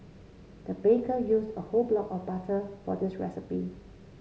the baker used a whole block of butter for this recipe